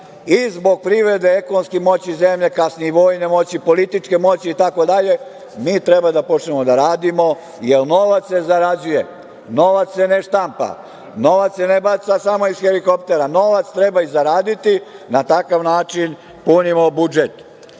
i zbog privrede, ekonomske moći zemlje, kasnije i vojne moći, političke moći itd, mi treba da počnemo da radimo, jer novac se zarađuje, novac se ne štampa, novac se ne baca samo iz helikoptera, novac treba zaraditi i na takav način punimo budžet. Dame